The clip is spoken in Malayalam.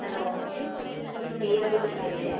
ഹലോ ദിയ ബൂട്ടിക്ക് അല്ലേ